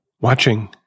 watching